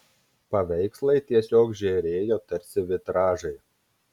paveikslai tiesiog žėrėjo tarsi vitražai